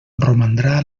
romandrà